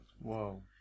Whoa